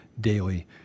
daily